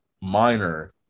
minor